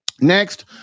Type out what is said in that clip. Next